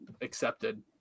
accepted